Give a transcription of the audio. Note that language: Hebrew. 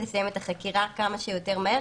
הוא לסיים את החקירה כמה שיותר מהר,